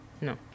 No